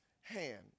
hand